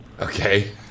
Okay